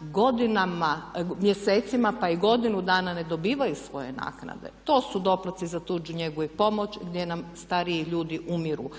vještačenja mjesecima pa i godinu dana ne dobivaju svoje naknade. To su doplatci za tuđu njegu i pomoć gdje nam stariji ljudi umiru,